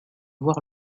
voir